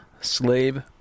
slave